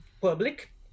public